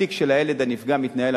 התיק של הילד הנפגע מתנהל,